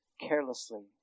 carelessly